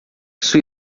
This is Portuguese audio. sua